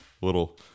little